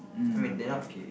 mm okay